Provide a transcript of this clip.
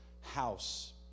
house